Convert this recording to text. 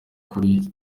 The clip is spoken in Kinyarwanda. kuri